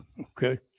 okay